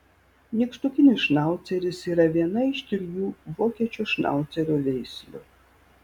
nykštukinis šnauceris yra viena iš trijų vokiečių šnaucerio veislių